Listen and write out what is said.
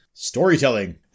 Storytelling